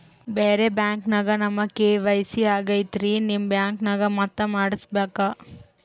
ಬ್ಯಾರೆ ಬ್ಯಾಂಕ ನ್ಯಾಗ ನಮ್ ಕೆ.ವೈ.ಸಿ ಆಗೈತ್ರಿ ನಿಮ್ ಬ್ಯಾಂಕನಾಗ ಮತ್ತ ಮಾಡಸ್ ಬೇಕ?